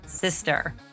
sister